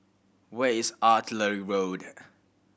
where is Artillery Road